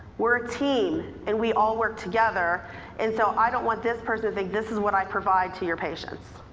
we're a team and we all work together and so i don't want this person to think this is what i provide to your patients.